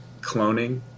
cloning